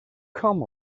come